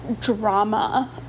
drama